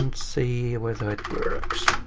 and see whether it works.